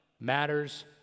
matters